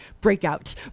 breakout